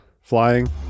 Flying